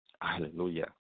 Hallelujah